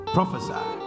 Prophesy